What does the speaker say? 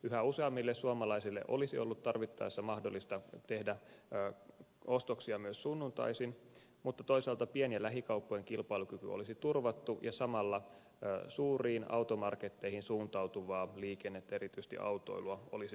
yhä useammille suomalaisille olisi ollut tarvittaessa mahdollista tehdä ostoksia myös sunnuntaisin mutta toisaalta pien ja lähikauppojen kilpailukyky olisi turvattu ja samalla suuriin automarketteihin suuntautuvaa liikennettä erityisesti autoilua olisi vähennetty